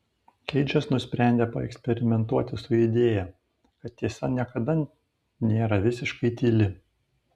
keidžas nusprendė paeksperimentuoti su idėja kad tiesa niekada nėra visiškai tyli